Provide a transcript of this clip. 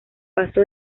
paso